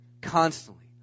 constantly